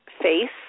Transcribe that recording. face